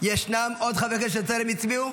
ישנם עוד חברי כנסת שטרם הצביעו?